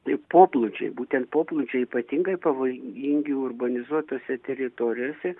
tai poplūdžiai būtent poplūdžiai ypatingai pavojingi urbanizuotose teritorijose